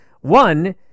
One